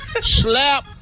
slap